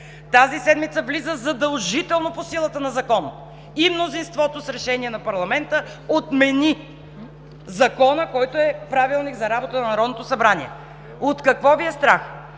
Тази седмица влиза задължително по силата на закон! Мнозинството, с решение на парламента, отмени Закона, който е Правилник за работа на Народното събрание! От какво Ви е страх?